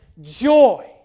joy